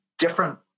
Different